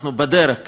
אנחנו בדרך.